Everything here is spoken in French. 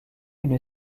une